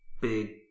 big